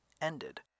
ended